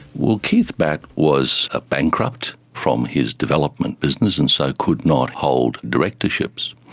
well, keith batt was a bankrupt from his development business and so could not hold directorships,